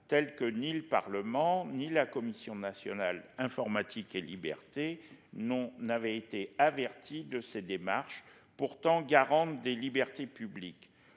telle que ni le parlement ni la Commission nationale informatique et libertés non n'avait été averti de ces démarches pourtant garante des libertés publiques,